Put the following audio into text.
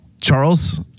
Charles